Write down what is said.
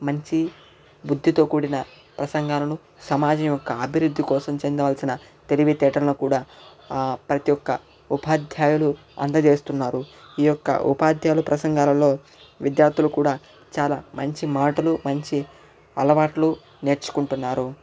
మంచి బుద్దితో కూడిన ప్రసంగాలను సమాజం యొక్క అభివృద్ధి కోసం చెందవలసిన తెలివితేటలను కూడా ప్రతి ఒక్క ఉపాధ్యాయుడు అందచేస్తున్నాడు ఈ యొక్క ఉపాధ్యాయుల ప్రసంగాలలో విద్యార్థులు కూడా చాలా మంచి మాటలు మంచి అలవాట్లు నేర్చుకుంటున్నారు